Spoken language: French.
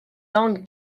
langue